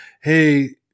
hey